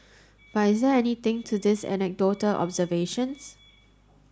but is there anything to these anecdotal observations